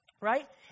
Right